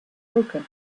broken